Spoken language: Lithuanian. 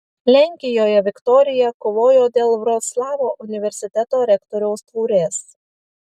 lenkijoje viktorija kovojo dėl vroclavo universiteto rektoriaus taurės